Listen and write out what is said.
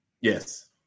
Yes